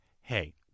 hey